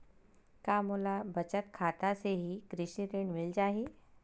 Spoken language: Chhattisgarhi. का मोला बचत खाता से ही कृषि ऋण मिल जाहि?